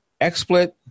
XSplit